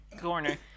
corner